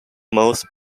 most